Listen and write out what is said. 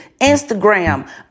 Instagram